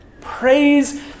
Praise